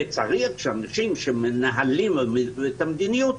וצריך שאנשים שמנהלים את המדיניות,